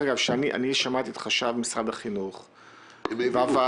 שמעתי את חשב משרד החינוך בוועדה,